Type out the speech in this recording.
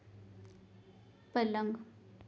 पलंग